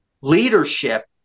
leadership